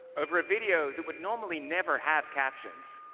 over a video that would normally never have captions.